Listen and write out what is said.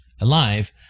alive